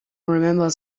remember